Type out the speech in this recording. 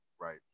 Right